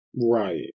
Right